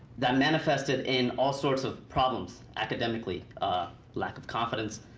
that manifested in all sorts of problems academically a lack of confidence,